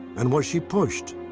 and was she pushed?